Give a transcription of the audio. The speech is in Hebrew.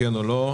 כן או לא,